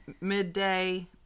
midday